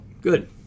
Good